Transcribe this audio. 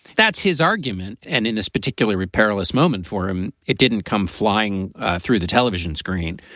that's his argument. and in this particularly perilous moment for him, it didn't come flying through the television screen,